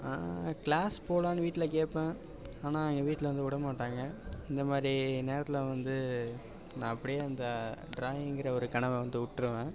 ஆ class போகலான்னு வீட்டில் கேட்பேன் ஆனால் என் வீட்டில் வந்து விட மாட்டாங்க இந்த மாதிரி நேரத்தில் வந்து நான் அப்படியே அந்த ட்ராயிங்குற ஒரு கனவை வந்து விட்ருவேன்